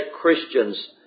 Christians